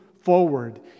forward